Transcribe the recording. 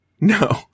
No